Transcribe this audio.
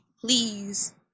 please